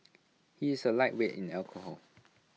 he is A lightweight in alcohol